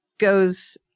Goes